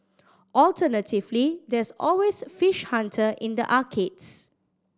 alternatively there's always Fish Hunter in the arcades